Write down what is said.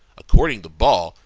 according to ball,